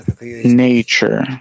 nature